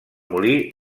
molí